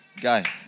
Guy